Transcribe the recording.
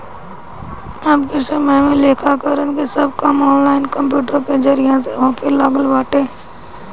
अबके समय में लेखाकरण के सब काम ऑनलाइन कंप्यूटर के जरिया से होखे लागल बाटे